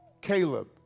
Caleb